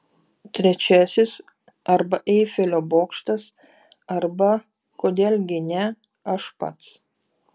trečiasis arba eifelio bokštas arba kodėl gi ne aš pats